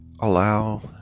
allow